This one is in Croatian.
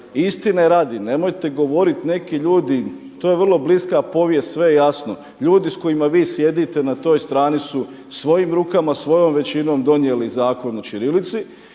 istine radi nemojte govoriti neki ljudi, to je vrlo bliska povijest, sve je jasno. Ljudi s kojima vi sjedite na toj strani su svojim rukama, svojom većinom donijeli Zakon o ćirilici